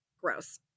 Gross